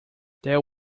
there